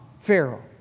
Pharaoh